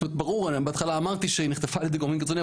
ברור בהתחלה אמרתי שהיא נחטפה על ידי גורמים קיצוניים,